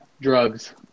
Drugs